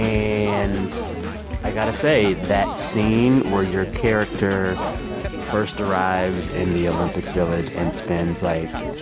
and i got to say, that scene where your character first arrives in the olympic village and spends, like,